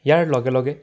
ইয়াৰ লগে লগে